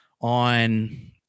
on